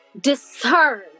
discern